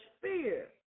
fear